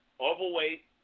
overweight